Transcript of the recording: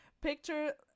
Picture